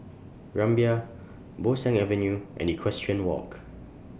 Rumbia Bo Seng Avenue and Equestrian Walk